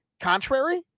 contrary